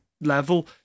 level